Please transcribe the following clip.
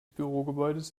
bürogebäudes